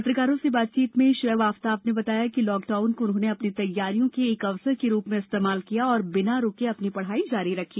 पत्रकारों से बातचीत में शोएब आफ़ताब ने बताया कि लॉकडाउन को उन्होंने अपनी तैयारियों के एक अवसर के रूप में इस्तेमाल किया और बिना रूके अपनी पढाई जारी रखी